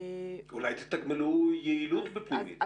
--- אולי תתגמלו יעילות בפנימית.